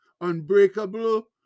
unbreakable